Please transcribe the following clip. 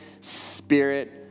Spirit